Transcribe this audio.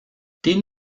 den